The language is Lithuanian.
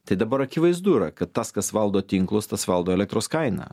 tai dabar akivaizdu yra kad tas kas valdo tinklus tas valdo elektros kainą